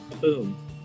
boom